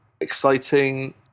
exciting